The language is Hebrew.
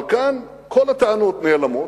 אבל כאן, כל הטענות נאלמות,